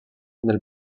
del